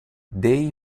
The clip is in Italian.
dei